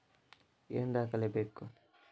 ಏನು ದಾಖಲೆ ಬೇಕು?